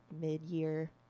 mid-year